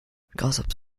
gossips